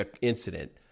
incident